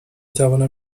توانم